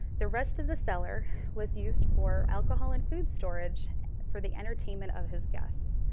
the rest of the cellar was used for alcohol and food storage for the entertainment of his guests.